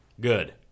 Good